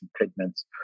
pigments